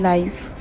Life